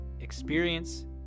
experience